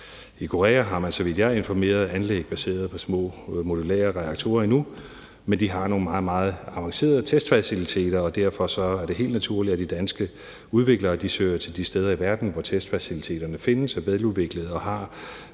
i Korea har anlæg baseret på små modulære reaktorer, endnu. Men de har nogle meget, meget avancerede testfaciliteter, og derfor er det helt naturligt, at de danske udviklere søger til de steder i verden, hvor testfaciliteterne findes og er veludviklede og har